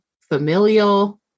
familial